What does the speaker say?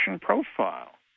profile